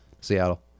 Seattle